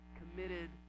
committed